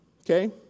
okay